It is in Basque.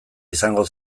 izango